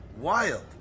Wild